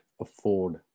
afford